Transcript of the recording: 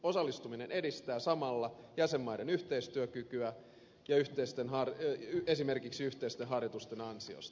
osallistuminen edistää samalla jäsenmaiden yhteistyökykyä esimerkiksi yhteisten harjoitusten ansiosta